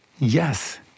Yes